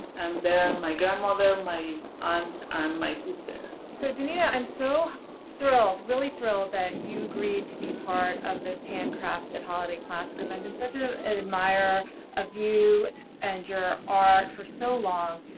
and they're my grandmother, my aunt, and my sister. miriam so danita, i'm so thrilled, really thrilled, that you agreed to be part of this handcrafted holidays class, because i've been such ah an admirer of you and your art for so long.